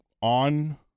on